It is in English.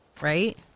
right